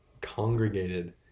congregated